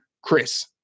Chris